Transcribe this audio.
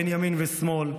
אין ימין ושמאל,